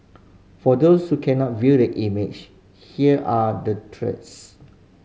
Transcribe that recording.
for those who cannot view the image here are the threats